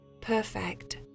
perfect